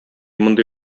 мондый